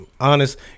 honest